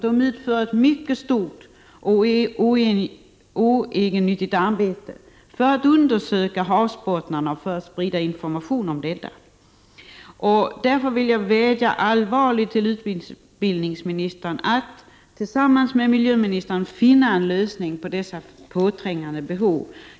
De utför ett mycket stort och oegennyttigt arbete för att undersöka havsbottnarna och för att sprida information om detta. Därför vädjar jag allvarligt till utbildningsministern att han tillsammans med miljöministern skall finna en lösning på dessa påträngande behov.